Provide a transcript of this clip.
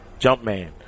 Jumpman